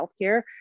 healthcare